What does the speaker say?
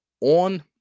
on